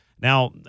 now